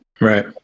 Right